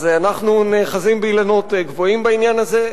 אז אנחנו נאחזים באילנות גבוהים בעניין הזה.